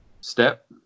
step